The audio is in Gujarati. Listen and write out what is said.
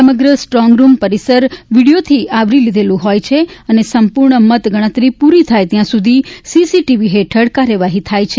સમગ્ર સ્ટ્રોંગરૂમ પરિસર વિડિયોથી આવરી લીધું હોય છે અને સંપૂર્ણ મતગણતરી પૂરી થાય ત્યાં સુધી સીસીટીવી હેઠળ કાર્યવાહી થાય છે